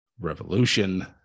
Revolution